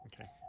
okay